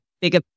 bigger